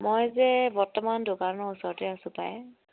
মই যে বৰ্তমান দোকানৰ ওচৰতে আছোঁ পাই